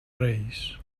reis